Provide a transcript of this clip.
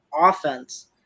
offense